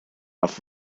off